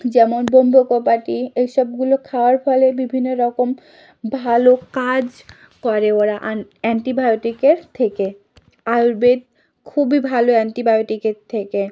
যেমন ব্রহ্মকপাটি এই সবগুলো খাওয়ার ফলে বিভিন্ন রকম ভালো কাজ করে করে ওরা অ্যান্টিবায়োটিকের থেকে আয়ুর্বেদ খুবই ভালো অ্যান্টিবায়োটিকের থেকে